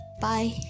Bye